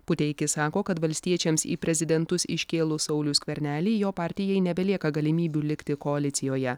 puteikis sako kad valstiečiams į prezidentus iškėlus saulių skvernelį jo partijai nebelieka galimybių likti koalicijoje